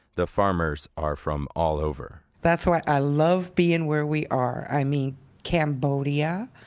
the farmers are from all over that's why i love being where we are. i mean cambodia,